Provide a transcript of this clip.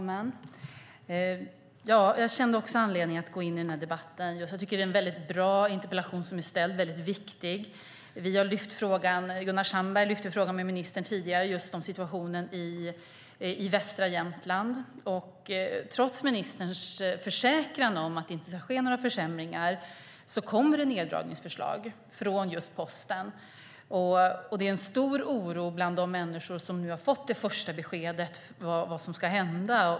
Fru talman! Jag kände också anledning att gå in i den här debatten. Jag tycker att det är en väldigt bra interpellation som har ställts. Den är väldigt viktig. Gunnar Sandberg lyfte fram frågan om just situationen i västra Jämtland med ministern tidigare. Trots ministerns försäkran om att det inte ska ske några försämringar kommer det neddragningsförslag från just Posten. Det är en stor oro bland de människor som nu har fått det första beskedet. Vad ska hända?